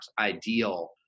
ideal